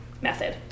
method